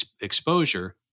exposure